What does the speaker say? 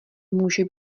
může